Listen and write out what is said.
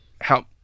help